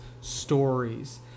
stories